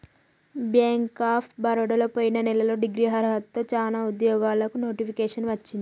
bank of బరోడలో పొయిన నెలలో డిగ్రీ అర్హతతో చానా ఉద్యోగాలకు నోటిఫికేషన్ వచ్చింది